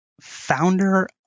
founder